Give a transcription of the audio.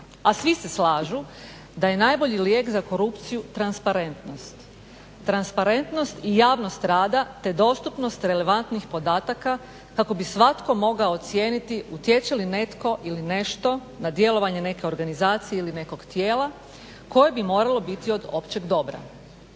a svi se slažu da je najbolji lijek za korupciju transparentnost, transparentnost i javnost rada te dostupnost relevantnih podataka kako bi svatko mogao ocijeniti utječe li netko ili nešto na djelovanje neke organizacije, ili nekog tijela koje bi moralo biti od općeg dobra.